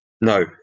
no